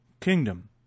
kingdom